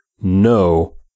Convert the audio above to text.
no